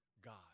God